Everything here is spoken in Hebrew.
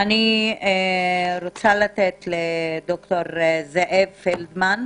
קצת היסטוריה של רפואה: